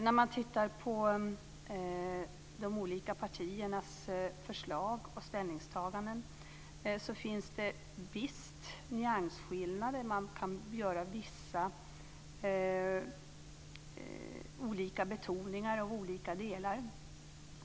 När man ser på de olika partiernas förslag och ställningstaganden finner man visst nyansskillnader. Man kan göra olika betoningar av olika delar.